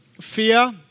fear